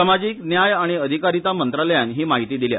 समाजीक न्याय आनी अधिकारिता मंत्रालयान ही म्हायती दिल्या